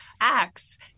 acts